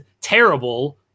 terrible